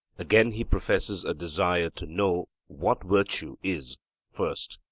again he professes a desire to know what virtue is first.